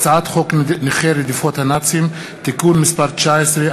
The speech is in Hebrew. הצעת חוק נכי רדיפות הנאצים (תיקון מס' 19),